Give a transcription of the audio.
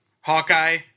Hawkeye